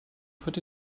heute